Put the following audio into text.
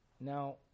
Now